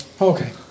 Okay